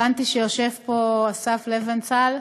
הבנתי שיושב פה אסף נבנצל,